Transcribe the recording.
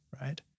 right